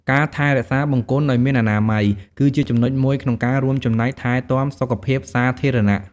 ការថែរក្សាបង្គន់ឲ្យមានអនាម័យ គឺជាចំណុចមួយក្នុងការរួមចំណែកថែទាំសុខភាពសាធារណៈ។